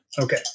Okay